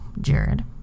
jared